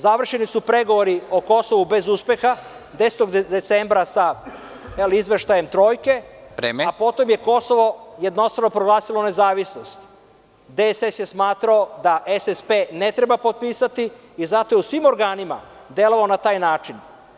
Završeni su pregovori o Kosovu bez uspeha 10. decembra sa izveštajem trojke, a potom je Kosovo jednostavno proglasilo nezavisnost. (Predsednik: Vreme.) Demokratska stranka Srbije je smatrala da SSP ne treba potpisati i zato je u svim organima delovala na taj način.